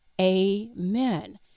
Amen